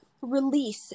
release